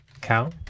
cow